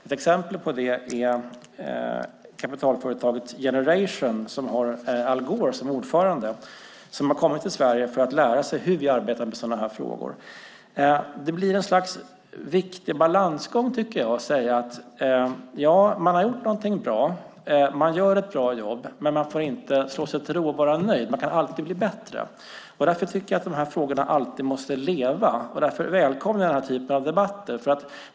Ett exempel på det är kapitalföretaget Generation, som har Al Gore som ordförande, som har kommit till Sverige för att lära sig hur vi arbetar med sådana här frågor. Det blir ett slags viktig balansgång, tycker jag, att säga: Ja, man har gjort någonting bra. Man gör ett bra jobb. Men man får inte slå sig till ro och vara nöjd. Man kan alltid bli bättre. Därför tycker jag att de här frågorna alltid måste leva, och därför välkomnar jag den här typen av debatter.